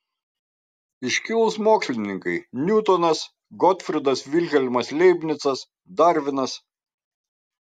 iškilūs mokslininkai niutonas gotfrydas vilhelmas leibnicas darvinas